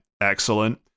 excellent